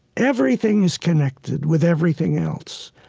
everything is connected with everything else.